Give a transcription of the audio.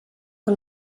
que